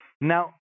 Now